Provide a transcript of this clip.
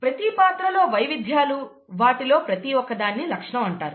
ప్రతి పాత్రలో వైవిధ్యాలు వాటిలో ప్రతి ఒక్కదాన్ని లక్షణం అంటారు